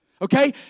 Okay